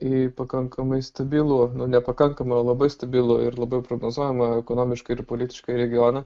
į pakankamai stabilų ne pakankamai o labai stabilų ir labai prognozuojamą ekonomiškai ir politiškai regioną